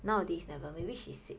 nowadays never maybe she sick